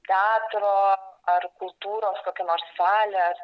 teatro ar kultūros kokia nors salė ar